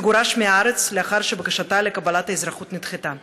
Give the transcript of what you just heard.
תגורש מהארץ לאחר שבקשתה לקבלת אזרחות נדחתה.